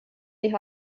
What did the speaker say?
die